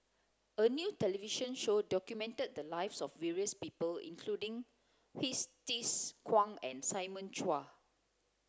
a new television show documented the lives of various people including Hsu Tse Kwang and Simon Chua